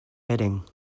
bedding